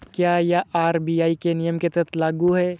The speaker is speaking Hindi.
क्या यह आर.बी.आई के नियम के तहत लागू है?